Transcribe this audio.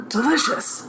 Delicious